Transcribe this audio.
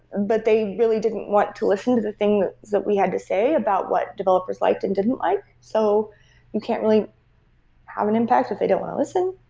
but they really didn't want to listen to the thing that we had to say about what developers liked and didn't like. so you can't really have and impact if they don't want to listen.